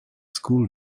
school